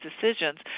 decisions